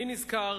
אני נזכר